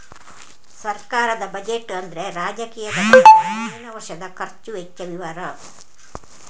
ಸರ್ಕಾರದ ಬಜೆಟ್ ಅಂದ್ರೆ ರಾಜಕೀಯ ಘಟಕದ ಮುಂದಿನ ವರ್ಷದ ಖರ್ಚು ವೆಚ್ಚ ವಿವರ